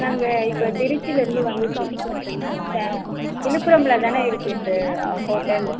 நாங்கள் இப்போ திருச்சிலேருந்து வந்துட்டுருக்கோம் விழுப்புரமில் தானே இருக்குது இந்த ஹோட்டல்